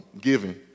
giving